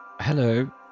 Hello